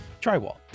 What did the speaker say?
drywall